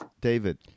David